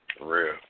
real